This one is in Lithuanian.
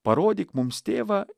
parodyk mums tėvą